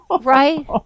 Right